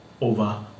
over